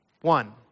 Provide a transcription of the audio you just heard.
one